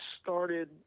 started